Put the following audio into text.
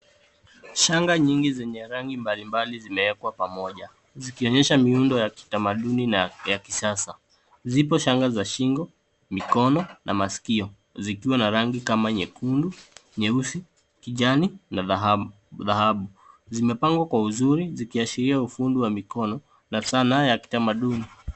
Shanga nyingi zenye rangi mbalimbali zimewekwa pamoja zikionyesha miundo ya kitamaduni na ya kisasa. Zipo shanga za shingo, mikono na masikio zikiwa na rangi kama nyekundu, nyeusi, kijani na dhahabu. Zimepangwa kwa uzuri zikiashiria ufundi wa mikono na sanaa ya kitamaduni.